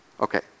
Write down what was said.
Okay